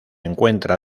encuentra